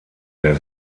der